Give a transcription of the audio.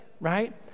right